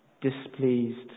displeased